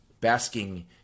basking